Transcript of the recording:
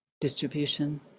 Distribution